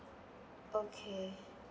okay